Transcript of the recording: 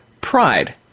Pride